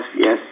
Yes